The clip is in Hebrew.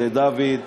לדוד,